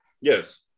Yes